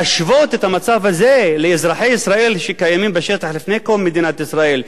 להשוות את המצב הזה לאזרחי ישראל שקיימים בשטח לפני קום מדינת ישראל,